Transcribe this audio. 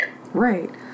right